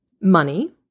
money